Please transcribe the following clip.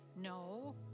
no